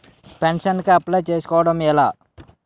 Pension కి apply చేసుకోవడం ఎలా?